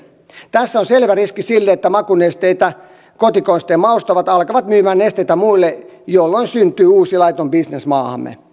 tässä on selvä riski sille että makunesteitä kotikonstein maustavat alkavat myymään nesteitä muille jolloin syntyy uusi laiton bisnes maahamme